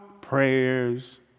prayers